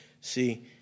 See